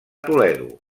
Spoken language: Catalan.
toledo